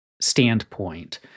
standpoint